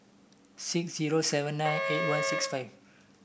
six zero seven nine eight one six five